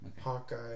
Hawkeye